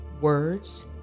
Words